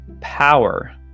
power